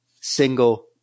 single